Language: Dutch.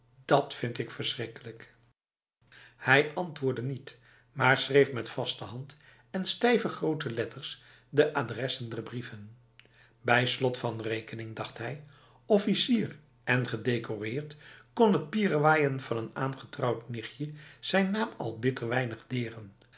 dat vind ik verschrikkelijk hij antwoordde niet maar schreef met vaste hand en stijve grote letter de adressen der brieven bij slot van rekening dacht hij officier en gedecoreerd kon het pierewaaien van een aangetrouwd nichtje zijn naam al bitter weinig deren